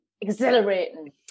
Exhilarating